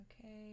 Okay